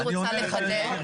אני רוצה לחדד.